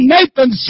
Nathan